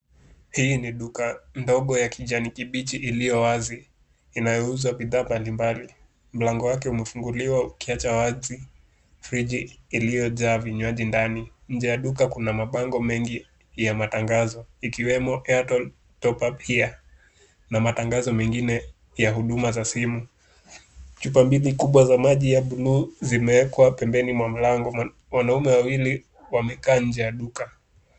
Hii ni duka ndogo ya kijani kibichi iliyo wazi inayouza bidhaa mbalimbali. Mlango wake umefunguliwa ukiacha wazi friji iliyojaa vinywaji ndani. Nje ya duka kuna mabango mengi ya matangazo ikiwemo airtel top up here na matangazo mengine ya huduma za simu. Chupa mbili kubwa za maji ya blue zimewekwa pembeni mwa mlango. Wanaume wawili wamekaa nje ya duka.